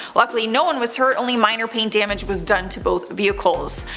luckily no one was hurt, only minor paint damage was done to both vehicles.